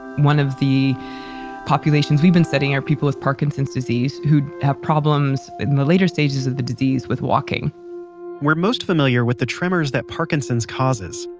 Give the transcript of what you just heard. one of the populations we've been studying are people with parkinson's disease who'd have problems in the later stages of the disease with walking we're most familiar with the tremors that parkinson's causes,